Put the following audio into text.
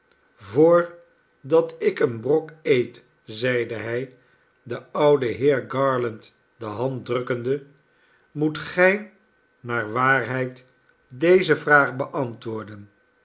voorwaarde voordat ik een brok eet zeide hij den ouden heer garland de hand drukkende moet gij naar waarheid deze vraag beantwoorden